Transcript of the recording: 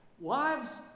wives